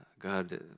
God